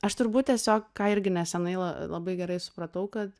aš turbūt tiesiog ką irgi neseniai la labai gerai supratau kad